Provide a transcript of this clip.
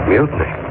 Mutiny